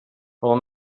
pel